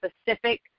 specific